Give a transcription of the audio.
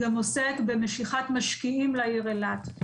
גם עוסק במשיכת משקיעים לעיר אילת.